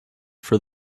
for